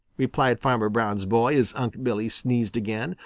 replied farmer brown's boy as unc' billy sneezed again,